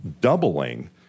doubling